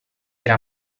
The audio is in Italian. era